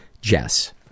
Jess